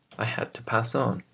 i had to pass on.